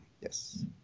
Yes